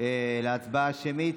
להצבעה שמית.